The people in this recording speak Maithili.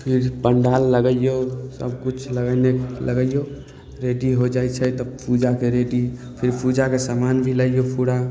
फेर पण्डाल लगैऔ सबकिछु लगेने लगैऔ रेडी हो जाइ छै तब पूजाके रेडी फिर पूजाके समान भी लइऔ पूरा तब